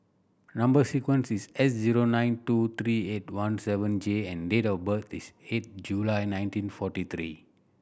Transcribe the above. number sequence is S zero nine two three eight one seven J and date of birth is eight July nineteen forty three